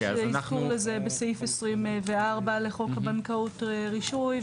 יש אזכור לזה בסעיף 24 לחוק הבנקאות רישוי,